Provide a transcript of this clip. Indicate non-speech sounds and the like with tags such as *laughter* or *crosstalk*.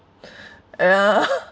*breath* ya